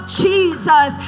jesus